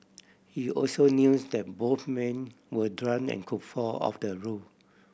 he also news that both men were drunk and could fall off the roof